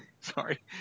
Sorry